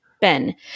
Ben